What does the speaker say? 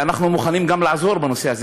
ואנחנו גם מוכנים לעזור בנושא הזה.